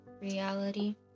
reality